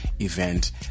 event